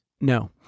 No